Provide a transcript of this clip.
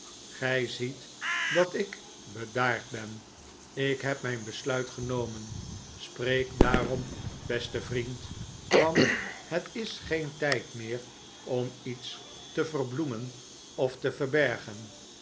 gij ziet dat ik bedaard ben ik heb mijn besluit genomen spreek daarom beste vriend want het is geen tijd meer om iets te verbloemen of te verbergen